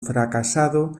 fracasado